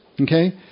Okay